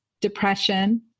depression